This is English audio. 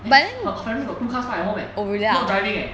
her her family got two car park at home leh not driving leh